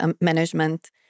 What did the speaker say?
management